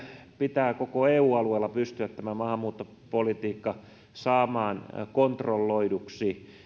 koko eu alueella pitää pystyä tämä maahanmuuttopolitiikka saamaan kontrolloiduksi